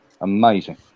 amazing